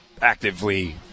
actively